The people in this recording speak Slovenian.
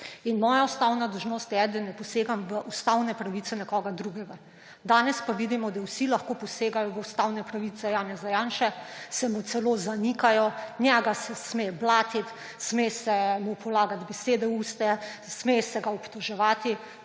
In moja ustavna dolžnost je, da ne posegam v ustavne pravice nekoga drugega. Danes pa vidimo, da vsi lahko posegajo v ustavne pravice Janeza Janše, mu jih celo zanikajo, njega se sme blatiti, sme se mu polagati besede v usta, sme se ga obtoževati,